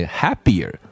happier